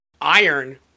iron